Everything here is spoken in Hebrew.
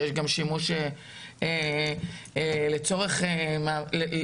ויש גם שימוש לצורך כסף,